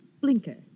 Blinker